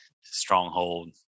stronghold